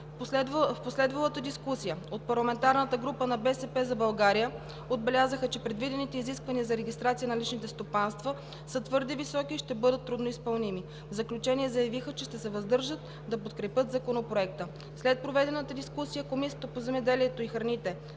В последвалата дискусия от парламентарната група на „БСП за България“ отбелязаха, че предвидените изисквания за регистрация на личните стопанства са твърде високи и ще бъдат трудно изпълними. В заключение заявиха, че ще се въздържат да подкрепят Законопроекта. След проведената дискусия Комисията по земеделието и храните